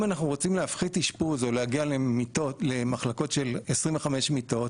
אם אנחנו רוצים להפחית אשפוז ולהגיע למחלקות של 25 מיטות,